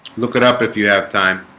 look it up if you have time